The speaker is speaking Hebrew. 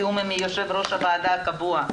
בתיאום עם יושב-ראש הוועדה הקבוע,